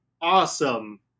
awesome